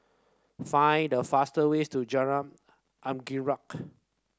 find the fastest way to Jalan Anggerek